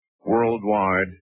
worldwide